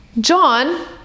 John